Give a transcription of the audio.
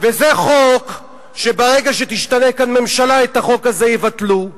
וזה חוק שברגע שתשתנה כאן ממשלה יבטלו אותו.